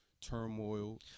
turmoil